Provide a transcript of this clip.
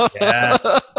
Yes